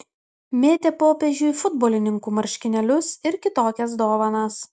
mėtė popiežiui futbolininkų marškinėlius ir kitokias dovanas